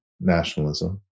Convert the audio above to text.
nationalism